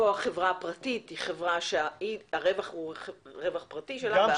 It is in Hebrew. רק שפה החברה הפרטית היא חברה שהרווח הוא רווח פרטי שלה.